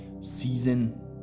Season